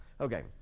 Okay